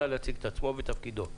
נא להציג את עצמו ואת תפקידו.